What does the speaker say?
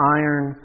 iron